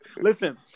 Listen